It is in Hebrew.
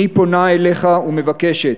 אני פונה אליך ומבקשת,